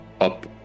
up